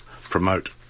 promote